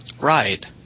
right